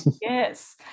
Yes